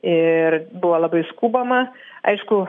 ir buvo labai skubama aišku